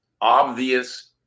obvious